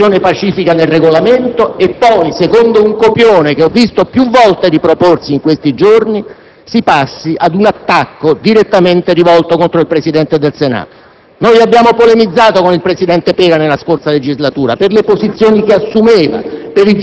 alla vita democratica del Paese, si passi a contestare un'applicazione pacifica del Regolamento e poi, secondo un copione che ho visto più volte riproporsi in questi giorni, a un attacco diretto contro il Presidente del Senato.